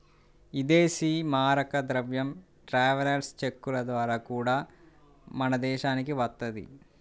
ఇదేశీ మారక ద్రవ్యం ట్రావెలర్స్ చెక్కుల ద్వారా గూడా మన దేశానికి వత్తది